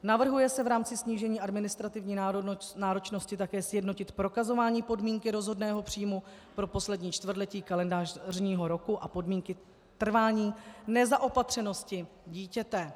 Navrhuje se v rámci snížení administrativní náročnosti také sjednotit prokazování podmínky rozhodného příjmu pro poslední čtvrtletí kalendářního roku a podmínky trvání nezaopatřenosti dítěte.